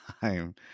time